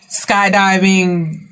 skydiving